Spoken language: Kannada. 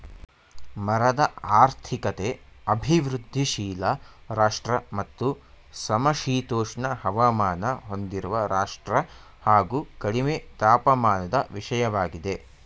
ಮರದ ಆರ್ಥಿಕತೆ ಅಭಿವೃದ್ಧಿಶೀಲ ರಾಷ್ಟ್ರ ಮತ್ತು ಸಮಶೀತೋಷ್ಣ ಹವಾಮಾನ ಹೊಂದಿರುವ ರಾಷ್ಟ್ರ ಹಾಗು ಕಡಿಮೆ ತಾಪಮಾನದ ವಿಷಯವಾಗಿದೆ